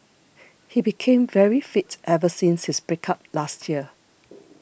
he became very fit ever since his break up last year